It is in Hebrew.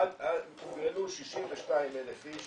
הוגרלו 62,000 איש.